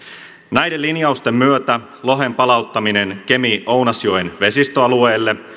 näiden linjausten myötä lohen palauttaminen kemi ounasjoen vesistöalueelle